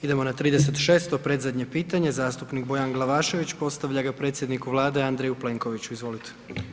Idemo na 36-to predzadnje pitanje, zastupnik Bojan Glavašević postavlja ga predsjedniku Vlade Andreju Plenkoviću, izvolite.